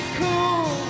cool